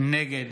נגד